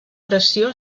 pressió